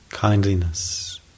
kindliness